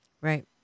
right